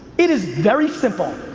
it is very simple.